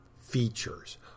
features